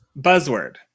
buzzword